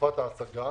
בתקופת ההסגה